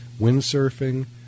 windsurfing